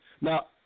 Now